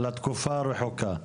לתקופה הרחוקה.